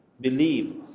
believe